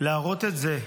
להראות את זה,